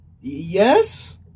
Yes